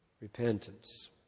repentance